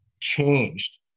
changed